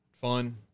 fun